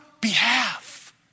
behalf